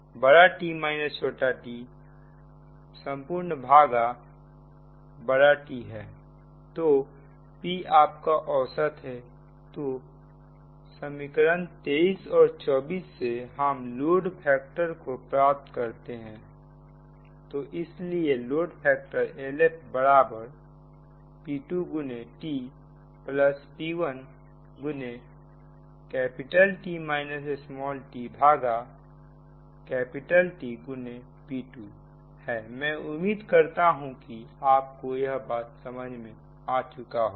तो P आपका औसत है तो समीकरण 23 और 24 से हम लोड फैक्टर को प्राप्त करते हैं तो इसलिए लोड फैक्टर LFp2tp1Tp2 हैमैं उम्मीद करता हूं कि आपको यह बात समझ में आ चुका होगा